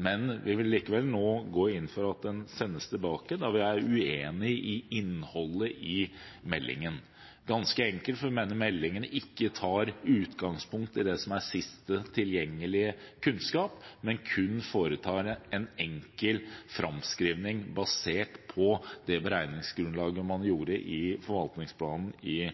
men vi vil likevel nå gå inn for at den sendes tilbake, da vi er uenig i innholdet i meldingen. Ganske enkelt mener vi at meldingen ikke tar utgangspunkt i det som er sist tilgjengelige kunnskap, men kun foretar en enkel framskrivning basert på det beregningsgrunnlaget man gjorde i forvaltningsplanen i